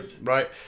right